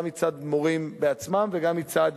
גם מצד המורים עצמם וגם מצד